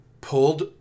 pulled